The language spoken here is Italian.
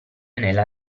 nella